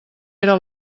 era